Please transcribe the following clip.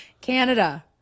Canada